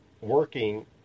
working